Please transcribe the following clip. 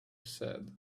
said